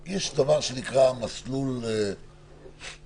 יש דבר שנקרא מסלול VIP,